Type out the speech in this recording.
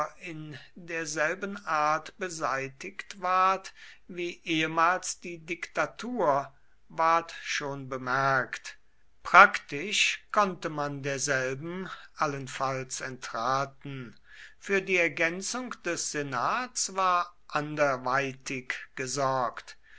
in derselben art beseitigt ward wie ehemals die diktatur ward schon bemerkt praktisch konnte man derselben allenfalls entraten für die ergänzung des senats war anderweitig gesorgt